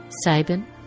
Sabin